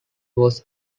was